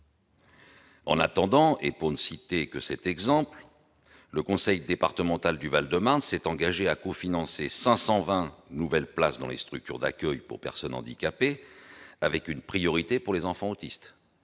En attendant, et pour ne citer que cet exemple, le conseil départemental du Val-de-Marne s'est engagé à cofinancer 520 nouvelles places dans les structures d'accueil pour personnes handicapées, avec une priorité pour les enfants autistes.